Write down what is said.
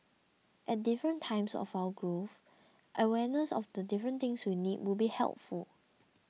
at different times of our growth awareness of the different things we need would be helpful